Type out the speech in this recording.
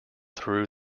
through